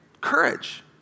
courage